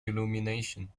illumination